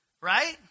right